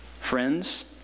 friends